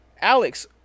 alex